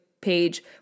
page